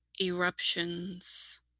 eruptions